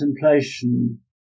contemplation